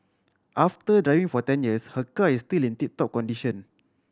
after driving for ten years her car is still in tip top condition